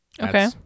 Okay